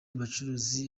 abacuruzi